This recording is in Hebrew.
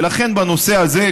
ולכן בנושא הזה,